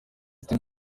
ati